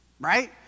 right